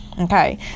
okay